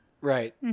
Right